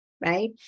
right